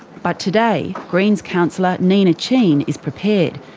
but today, greens councillor nina cheyne is prepared,